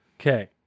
Okay